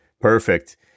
Perfect